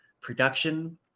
production